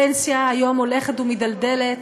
הפנסיה היום הולכת ומידלדלת,